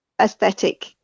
aesthetic